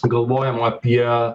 galvojam apie